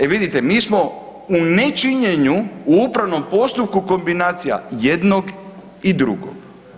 E vidite mi smo u nečinjenju u upravnom postupku kombinacija jednog i drugog.